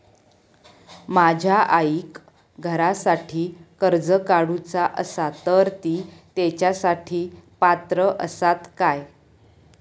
माझ्या आईक घरासाठी कर्ज काढूचा असा तर ती तेच्यासाठी पात्र असात काय?